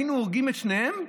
היינו הורגים את שניהם,